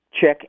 check